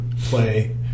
play